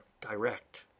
direct